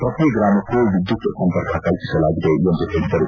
ಪ್ರತಿ ಗ್ರಾಮಕ್ಕೂ ವಿದ್ಯುತ್ ಸಂಪರ್ಕ ಕಲ್ಪಿಸಲಾಗಿದೆ ಎಂದು ಹೇಳಿದರು